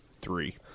three